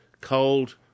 cold